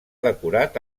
decorat